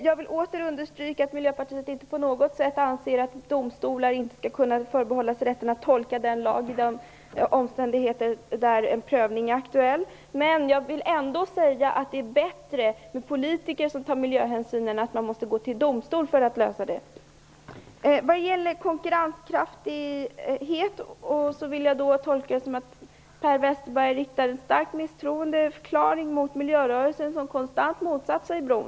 Jag vill åter understryka att Miljöpartiet inte på något sätt menar att domstolar inte skall kunna förbehålla sig rätten att tolka lagen i de fall där en prövning är aktuell. Men jag vill ändå säga att det är bättre med politiker som tar miljöhänsyn än att man måste gå till domstol för att lösa frågan. Vad gäller konkurrenskraft vill jag tolka det som att Per Westerberg riktar en stark misstroendeförklaring mot miljörörelsen, som konstant motsatt sig bron.